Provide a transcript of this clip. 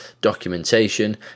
documentation